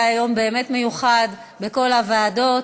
היה יום באמת מיוחד בכל הוועדות,